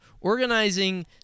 Organizing